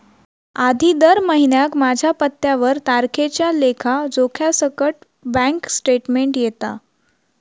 आधी दर महिन्याक माझ्या पत्त्यावर तारखेच्या लेखा जोख्यासकट बॅन्क स्टेटमेंट येता